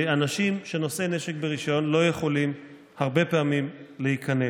אנשים שהם נושאי נשק ברישיון לא יכולים הרבה פעמים להיכנס.